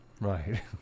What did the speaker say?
Right